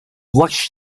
rush